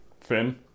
Finn